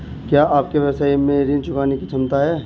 क्या आपके व्यवसाय में ऋण चुकाने की क्षमता है?